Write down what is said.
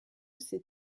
ses